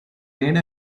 made